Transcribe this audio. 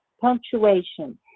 Punctuation